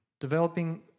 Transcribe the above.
Developing